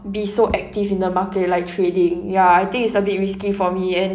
be so active in the market like trading ya I think it's a bit risky for me and